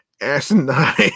asinine